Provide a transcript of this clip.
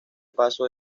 paso